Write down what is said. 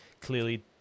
clearly